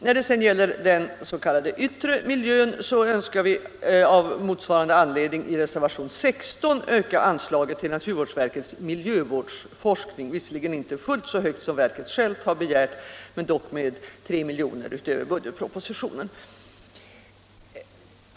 När det gäller den s.k. yttre miljön önskar vi av motsvarande anledning i reservationen 16 öka anslaget till naturvårdsverkets miljövårdsforskning, visserligen inte fullt så högt som verket självt begärt men ändå med 3 milj.kr. utöver budgetpropositionen.